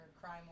crime